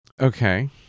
Okay